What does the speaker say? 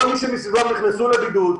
כל מי שמסביבם נכנס לבידוד,